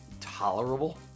tolerable